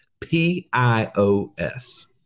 P-I-O-S